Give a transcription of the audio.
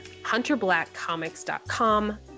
HunterBlackComics.com